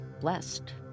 blessed